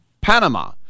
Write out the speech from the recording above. Panama